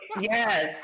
Yes